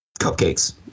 cupcakes